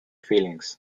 feelings